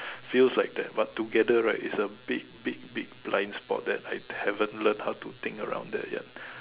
feels like that but together right it's a big big big blind spot that I haven't learn how to think around that yet